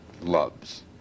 loves